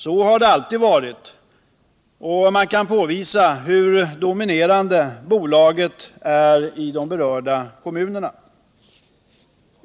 Så har det alltid varit, och man kan påvisa hur dominerande bolaget är i de berörda kommunerna.